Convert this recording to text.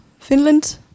Finland